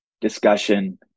discussion